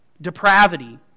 depravity